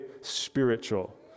spiritual